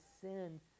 sin